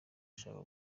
bashaka